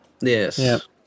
Yes